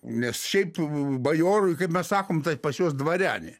nes šiaip bajorai kaip mes sakome taip pas juos dvariani